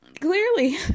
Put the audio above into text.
clearly